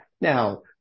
now